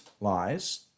lies